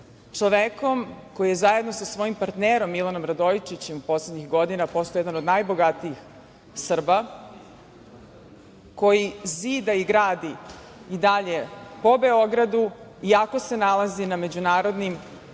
čovekom koji je zajedno sa svojim partnerom Milanom Radojičićem poslednjih godina postao jedan od najbogatijih Srba, koji zida i gradi i dalje po Beogradu, iako se nalazi na međunarodnim